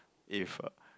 if uh